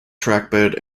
trackbed